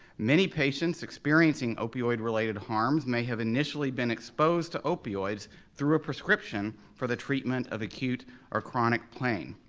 many patients experiencing opioid-related harms may have initially been exposed to opioids through a prescription for the treatment of acute or chronic pain.